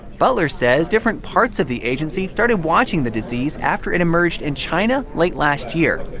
butler says different parts of the agency started watching the disease after it emerged in china late last year.